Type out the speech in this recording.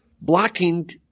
blocking